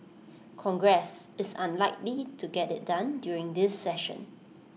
congress is unlikely to get IT done during this session